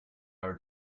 are